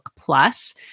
Plus